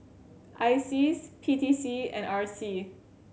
ISEAS P T C and R C